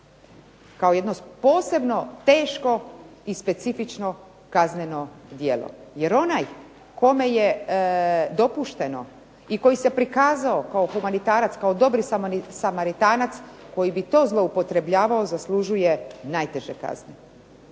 kao jedno posebno teško i specifično kazneno djelo. Jer onaj kome je dopušteno i koji se prikazao kao humanitarac, kao dobri samaritanac koji bi to zloupotrebljavao zaslužuje najteže kazne,